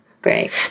great